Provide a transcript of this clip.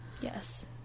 Yes